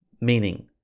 meaning